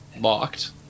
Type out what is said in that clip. locked